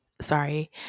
Sorry